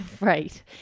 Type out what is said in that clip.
Right